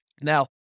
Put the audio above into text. Now